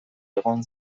egon